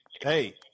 Hey